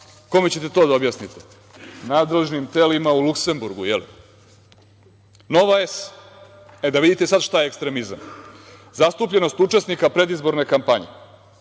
kome ćete to da objasnite. Nadležnim telima u Luksemburgu? Nova S televizija, da vidite sada šta je ekstremizam, zastupljenost učesnika predizborne kampanje,